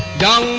da